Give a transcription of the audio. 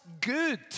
good